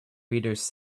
readers